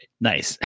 Nice